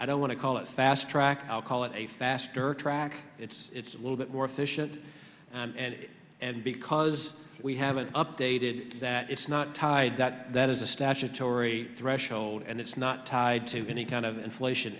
i don't want to call it fast track i'll call it a faster track it's a little bit more efficient and and because we haven't updated that it's not tied that that is a statutory threshold and it's not tied to any kind of inflation